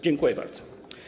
Dziękuję bardzo.